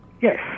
Yes